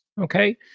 Okay